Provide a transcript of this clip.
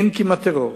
אין כמעט טרור,